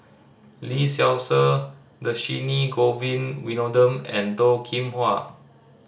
Lee Seow Ser Dhershini Govin Winodam and Toh Kim Hwa